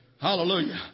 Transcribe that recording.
Hallelujah